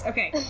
Okay